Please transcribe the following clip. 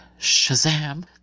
SHAZAM